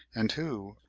and who,